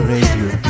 Radio